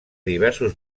diversos